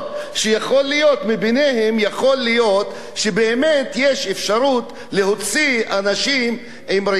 שיכול להיות שמבניהן באמת יש אפשרות להוציא אנשים עם רקורד